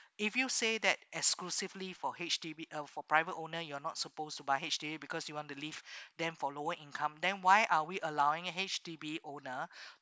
if you say that exclusively for H_D_B uh for private owner you're not supposed to buy H_D_B because you want to leave them for lower income then why are we allowing H_D_B owner